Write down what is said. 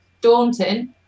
daunting